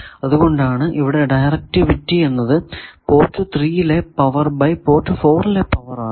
അതുകൊണ്ടാണ് ഇവിടെ ഡയറക്ടിവിറ്റി എന്നത് പോർട്ട് 3 ലെ പവർ ബൈ പോർട്ട് 4 ലെ പവർ ആവുന്നത്